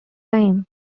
time